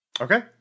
Okay